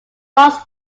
rocks